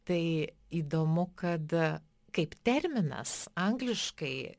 tai įdomu kad kaip terminas angliškai